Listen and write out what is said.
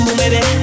baby